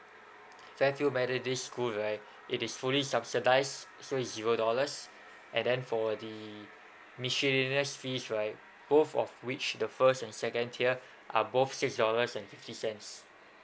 fairfield methodist school right it is fully subsidised so is zero dollars and then for the miscellaneous fees right both of which the first and second tier are both six dollars and fifty cents